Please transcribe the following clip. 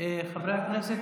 חברי הכנסת,